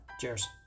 cheers